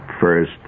first